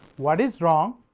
what is wrong,